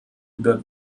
über